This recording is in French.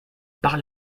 par